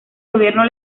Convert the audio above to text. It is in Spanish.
gobierno